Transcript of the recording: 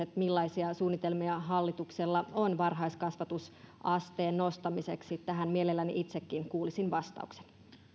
millaisia suunnitelmia hallituksella on varhaiskasvatusasteen nostamiseksi ja tähän mielelläni itsekin kuulisin vastauksen